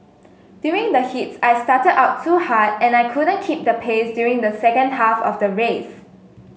during the heats I started out too hard and I couldn't keep the pace during the second half of the race